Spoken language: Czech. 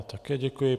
Také děkuji.